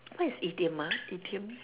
what is idiom ah idiom